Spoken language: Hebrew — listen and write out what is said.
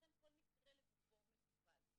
ולכן כל מקרה לגופו מטופל.